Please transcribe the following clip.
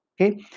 okay